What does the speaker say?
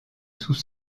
sous